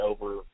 over